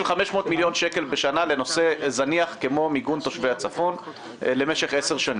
500 מיליון שקל בשנה לנושא זניח כמו מיגון תושבי הצפון למשך 10 שנים.